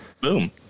boom